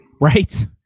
Right